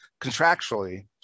contractually